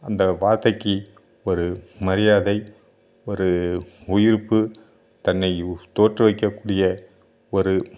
அந்த வார்த்தைக்கு ஒரு மரியாதை ஒரு உயிர்ப்பு தன்னை தோற்ற வைக்க கூடிய ஒரு